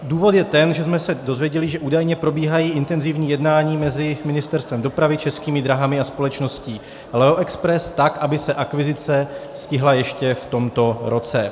Důvod je ten, že jsme se dozvěděli, že údajně probíhají intenzivní jednání mezi Ministerstvem dopravy, Českými dráhami a společností Leo Express, tak aby se akvizice stihla ještě v tomto roce.